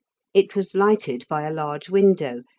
it was lighted by a large window,